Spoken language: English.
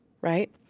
right